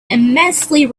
immensely